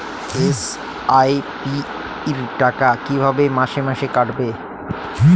SIP র টাকা কী মাসে মাসে কাটবে?